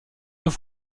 deux